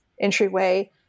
entryway